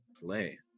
play